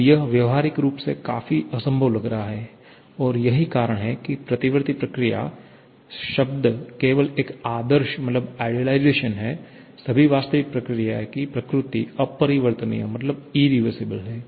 अब यह व्यावहारिक रूप से काफी असंभव लग रहा है और यही कारण है कि प्रतिवर्ती प्रक्रिया शब्द केवल एक आदर्श है सभी वास्तविक प्रक्रियाएं की प्रकृति अपरिवर्तनीय हैं